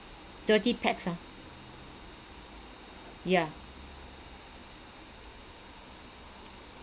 thirty pax ah yeah